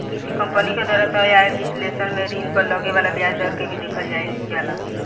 किसी कंपनी के द्वारा तय आय विश्लेषण में ऋण पर लगे वाला ब्याज दर के भी देखल जाइल जाला